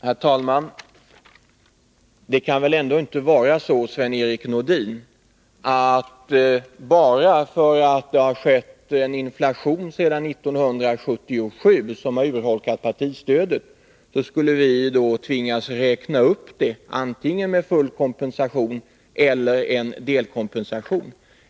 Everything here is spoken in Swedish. Herr talman! Det kan väl ändå inte vara så, Sven-Erik Nordin, att bara därför att det har pågått en inflation sedan 1977 som har urholkat partistödet skulle vi tvingas räkna upp det antingen med full kompensation eller med delkompensation.